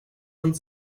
und